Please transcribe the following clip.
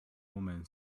woman